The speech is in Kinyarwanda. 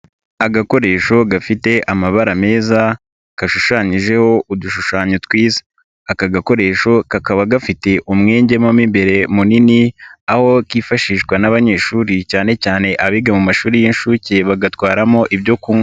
Agakoresho gafite amabara meza gashushanyijeho udushushanyo twiza, aka gakoresho kakaba gafite umwenge mo imbere munini aho kifashishwa n'abanyeshuri cyane cyane abiga mu mashuri y'inshuke bagatwaramo ibyo kunywa.